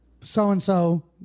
so-and-so